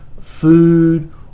food